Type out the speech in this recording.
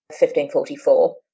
1544